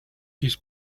his